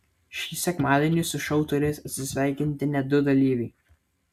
šį sekmadienį su šou turės atsisveikinti net du dalyviai